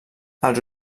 els